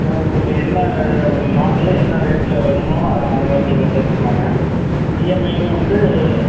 இப்போ உங்களுக்கு என்ன மாடலில் என்ன ரேட்டில் வேணுமோ அதை அந்த மாதிரி நீங்கள் வந்து எடுத்துக்குலாங்க இஎம்ஐயும் வந்து